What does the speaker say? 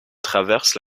traversent